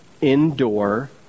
indoor